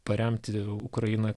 paremti ukrainą